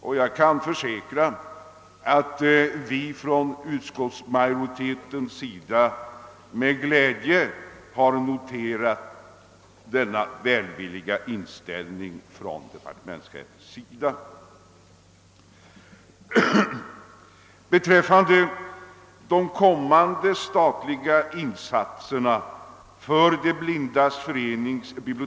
Vi inom utskottsmajoriteten har — det vill jag framhålla — med glädje noterat denna välvilliga inställning hos departementschefen.